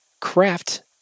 craft